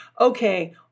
okay